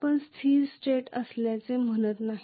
आपण स्थिर स्टेट असल्याचे म्हणत नाही